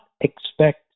expect